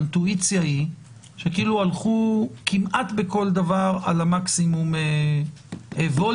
האינטואיציה היא שכאילו הלכו כמעט בכל דבר על המקסימום ווליום,